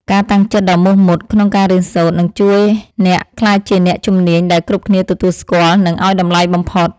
ការតាំងចិត្តដ៏មោះមុតក្នុងការរៀនសូត្រនឹងជួយឱ្យអ្នកក្លាយជាអ្នកជំនាញដែលគ្រប់គ្នាទទួលស្គាល់ និងឱ្យតម្លៃបំផុត។